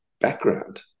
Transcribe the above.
background